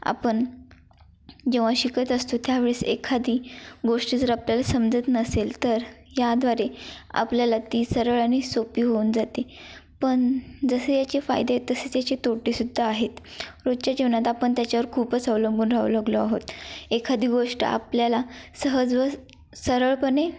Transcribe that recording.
आपण जेव्हा शिकत असतो त्यावेळेस एखादी गोष्ट जर आपल्याला समजत नसेल तर याद्वारे आपल्याला ती सरळ आणि सोपी होऊन जाते पण जसे याचे फायदे आहेत तसेच याचे तोटे सुद्धा आहेत रोजच्या जीवनात आपण त्याच्यावर खूपच अवलंबून राहू लागलो आहोत एखादी गोष्ट आपल्याला सहज व सरळपणे